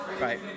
Right